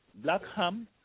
Blackham